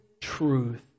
truth